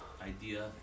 idea